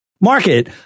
market